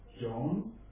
John